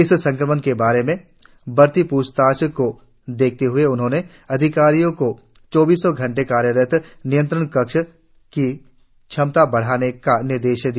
इस संक्रमण के बारे में बढ़तीपूछताछ को देखते हुए उन्होंने अधिकारियों को चौबीसो घंटे कार्यरत नियंत्रण कक्ष कीक्षमता बढ़ाने का निर्देश दिया